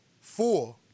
four